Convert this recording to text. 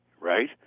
right